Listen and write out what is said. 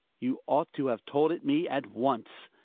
you ought to have told it me at once.